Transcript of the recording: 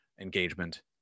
engagement